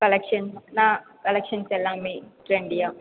collection நான் collections எல்லாமே ட்ரெண்டியா